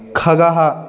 खगः